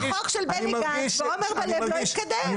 החוק של בני גנץ ועמר בר לב לא יתקדם.